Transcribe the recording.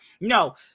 No